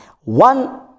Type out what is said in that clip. one